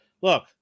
look